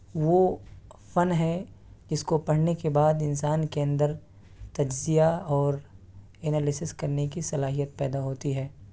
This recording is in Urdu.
وہ فن ہے جس کو پڑھنے کے بعد انسان کے اندر تجزیہ اور اینالیسس کرنے کی صلاحیت پیدا ہوتی ہے